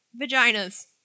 vaginas